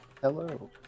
Hello